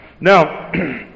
now